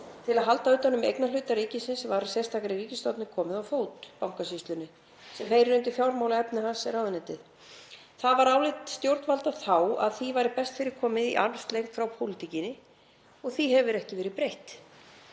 Til að halda utan um eignarhluti ríkisins var sérstakri ríkisstofnun komið á fót, Bankasýslunni, sem heyrir undir fjármála- og efnahagsráðuneytið. Það var álit stjórnvalda þá að því væri best fyrir komið í armslengd frá pólitíkinni og því hefur ekki verið breytt.